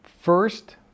First